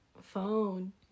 Phone